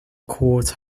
court